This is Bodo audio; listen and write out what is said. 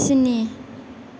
स्नि